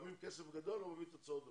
שמים כסף גדול לא מביא תוצאות בכלל.